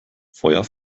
feuer